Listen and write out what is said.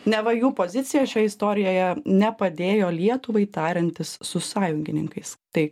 neva jų pozicija šioje istorijoje nepadėjo lietuvai tariantis su sąjungininkais tai